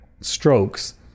strokes